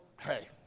hey